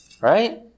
Right